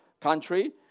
country